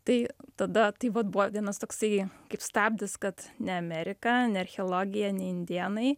tai tada tai vat buvo vienas toksai kaip stabdis kad ne amerika ne archeologija ne indėnai